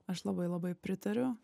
aš labai labai pritariu